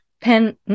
Pen